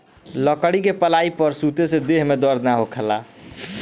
लकड़ी के पलाई पर सुते से देह में दर्द ना होखेला